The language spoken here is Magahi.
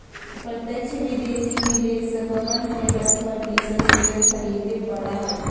प्रत्यक्ष विदेशी निवेशकवन के दस प्रतिशत शेयर खरीदे पड़ा हई